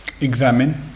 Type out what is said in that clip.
examine